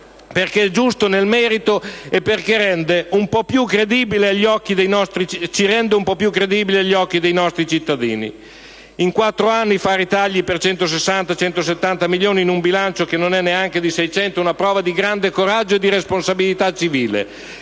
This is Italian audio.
perché è giusto nel merito e perché ci rende un po' più credibili agli occhi dei nostri cittadini. In quattro anni, fare tagli per 160‑170 milioni, in un bilancio che non è neanche di 600 milioni, è una prova di grande coraggio e responsabilità civile,